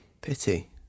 Pity